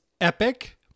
epic